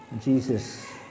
Jesus